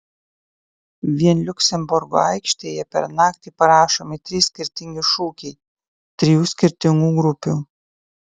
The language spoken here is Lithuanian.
vien liuksemburgo aikštėje per naktį parašomi trys skirtingi šūkiai trijų skirtingų grupių